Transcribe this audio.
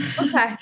Okay